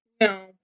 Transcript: No